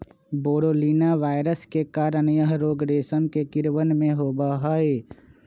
बोरोलीना virus के कारण यह रोग रेशम के कीड़वन में होबा हई